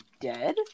Dead